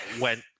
went